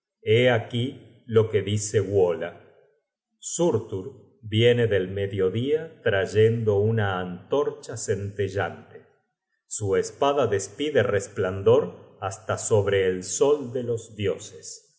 aquí lo que dice wola content from google book search generated at surtur viene del mediodía trayendo una antorcha centellante su espada despide resplandor hasta sobre el sol de los dioses